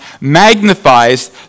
magnifies